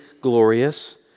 glorious